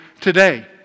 today